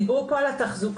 דיברו פה על התחזוקה,